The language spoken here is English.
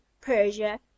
persia